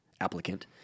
applicant